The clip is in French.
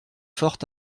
forte